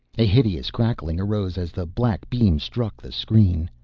a hideous crackling arose as the black beam struck the screen.